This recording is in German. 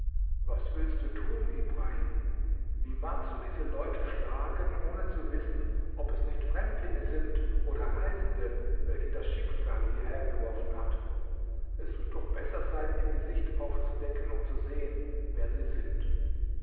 was willst du tun ibrahim wie magst du diese leute schlagen ohne zu wissen ob es nicht fremdlinge sind oder reisende welche das schicksal hierher geworfen hat es wird doch besser sein ihr gesicht aufzudecken um zu sehen wer sie sind